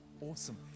Awesome